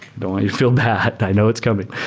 don't want you feel that. i know it's coming.